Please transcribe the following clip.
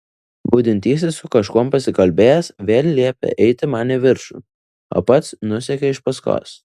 budintysis su kažkuom pasikalbėjęs vėl liepė eiti man į viršų o pats nusekė iš paskos